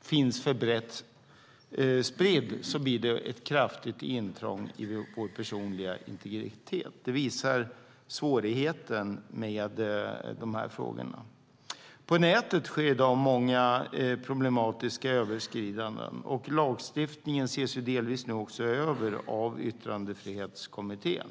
finns för brett spridd så blir det ett kraftigt intrång i vår personliga integritet. Det visar svårigheten med dessa frågor. På nätet sker i dag många problematiska överskridanden, och lagstiftningen ses nu också delvis över av Yttrandefrihetskommittén.